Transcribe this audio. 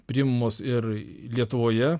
priimamos ir lietuvoje